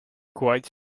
quite